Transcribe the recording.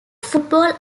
football